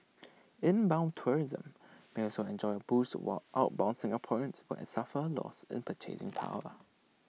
inbound tourism may also enjoy A boost while outbound Singaporeans will suffer A loss in purchasing power